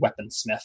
weaponsmith